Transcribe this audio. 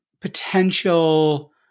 potential